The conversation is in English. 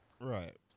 right